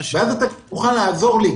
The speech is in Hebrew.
ואז אתה תוכל לעזור לי,